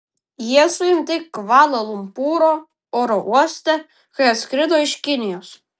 jie suimti kvala lumpūro oro uoste kai atskrido iš kinijos